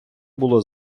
було